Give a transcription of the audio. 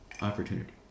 Opportunity